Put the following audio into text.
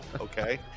okay